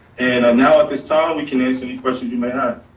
and um now at this time, we can answer any questions you may have.